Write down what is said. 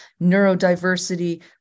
neurodiversity